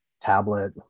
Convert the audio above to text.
tablet